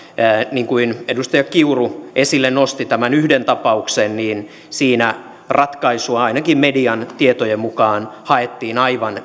niin kuin edustaja kiuru nosti esille tämän yhden tapauksen siinä ratkaisua ainakin median tietojen mukaan haettiin aivan